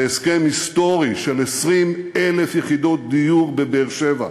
בהסכם היסטורי, על 20,000 יחידות דיור בבאר-שבע.